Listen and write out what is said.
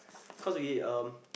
cause we um